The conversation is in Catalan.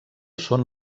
són